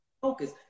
focus